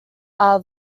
are